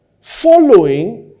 following